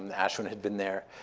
and ashwin had been there.